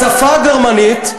בשפה הגרמנית,